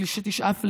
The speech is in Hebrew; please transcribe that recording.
שתשאף לשוויון.